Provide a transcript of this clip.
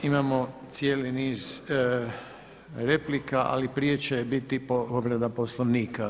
Imamo cijeli niz replika, ali prije će biti povreda Poslovnika.